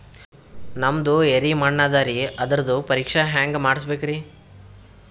ನಮ್ದು ಎರಿ ಮಣ್ಣದರಿ, ಅದರದು ಪರೀಕ್ಷಾ ಹ್ಯಾಂಗ್ ಮಾಡಿಸ್ಬೇಕ್ರಿ?